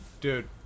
dude